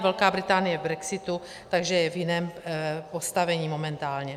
Velká Británie je v brexitu, takže je v jiném postavení momentálně.